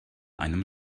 einem